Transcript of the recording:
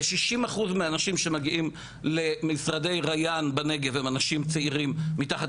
ו- 60% מהאנשים שמגיעים למשרדי ריאן בנגב הם אנשים צעירים מתחת